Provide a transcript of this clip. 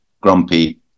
grumpy